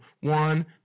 One